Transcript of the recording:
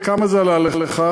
כמה זה עלה לך?